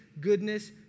goodness